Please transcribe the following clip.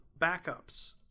backups